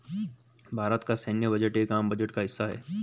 भारत का सैन्य बजट एक आम बजट का हिस्सा है